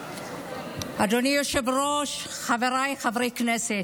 אדוני היושב-ראש, חבריי חברי הכנסת,